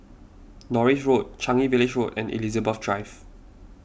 Norris Road Changi Village Road and Elizabeth Drive